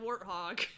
warthog